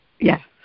Yes